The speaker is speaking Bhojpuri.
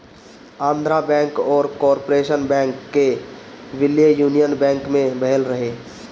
आंध्रा बैंक अउरी कॉर्पोरेशन बैंक कअ विलय यूनियन बैंक में भयल रहे